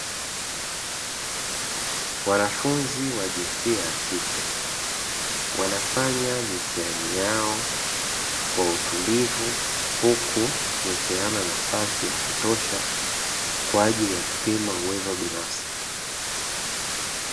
Wanafunzi wa jinsia ya kike wanafanya mitihani yao kwa utulivu, huku wamepeana nafasi ya kutosha, kwa ajili ya kupima uwezo binafsi.